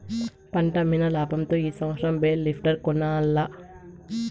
పంటమ్మిన లాబంతో ఈ సంవత్సరం బేల్ లిఫ్టర్ కొనాల్ల